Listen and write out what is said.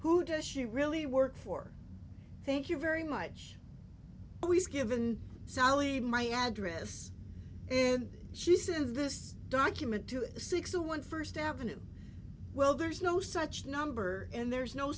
does she really work for thank you very much we've given sally my address in she says this document to six a one first avenue well there's no such number in there's no